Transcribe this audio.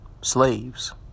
slaves